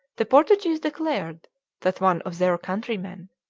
the portuguese declared that one of their countrymen,